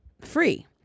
free